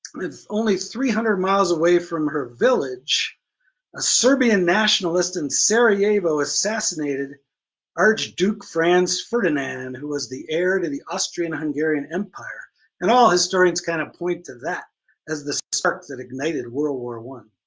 it's only three hundred miles away from her village a serbian nationalist in sarajevo assassinated archduke franz ferdinand who was the heir to the austrian-hungarian empire and all historians kind of point to that as the spark that ignited world war i.